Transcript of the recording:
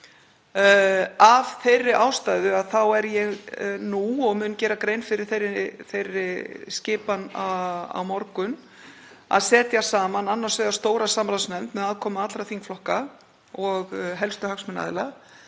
Af þeirri ástæðu þá er ég nú, og mun gera grein fyrir þeirri skipan á morgun, að setja saman annars vegar stóra samráðsnefnd með aðkomu allra þingflokka og helstu hagsmunaaðila